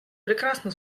прекрасно